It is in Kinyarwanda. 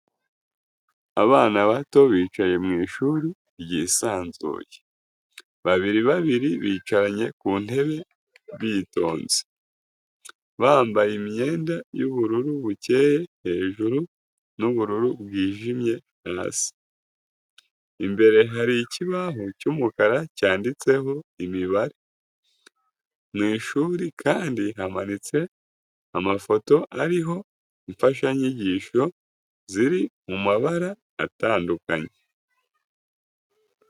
Abana bato bicaye mu ishuri ryisanzuye, babiri babiri bicaranye ku ntebe bitonze, bambaye imyenda y'ubururu bukeye hejuru n'ubururu bwijimye hasi, imbere hari ikibaho cy'umukara cyanditseho imibare, mu ishuri kandi hamanitse amafoto ariho imfashanyigisho ziri mu mabara atandukanye.